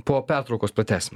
po pertraukos pratęsim